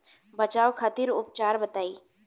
बचाव खातिर उपचार बताई?